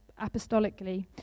apostolically